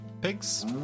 Pigs